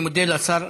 אני מודה לשר.